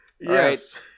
Yes